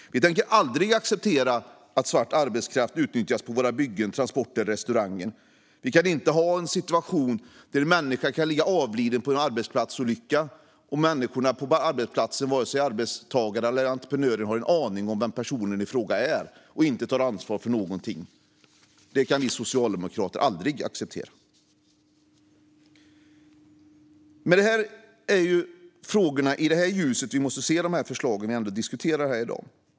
Vi tänker aldrig acceptera att svart arbetskraft utnyttjas på våra byggen, transporter eller restauranger. Vi kan inte ha en situation där en människa kan ligga avliden på grund av en arbetsplatsolycka och de andra på arbetsplatsen, varken arbetstagare eller entreprenör, inte har någon aning om vem personen är och inte tar ansvar för någonting. Det kan vi socialdemokrater aldrig acceptera. Det är i det ljuset vi måste se de förslag vi diskuterar i dag.